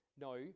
no